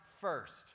first